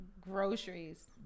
Groceries